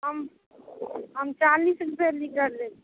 हम हम चालीस रूपे लीटर लेब